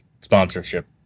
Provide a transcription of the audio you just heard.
sponsorship